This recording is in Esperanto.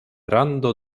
rando